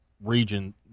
region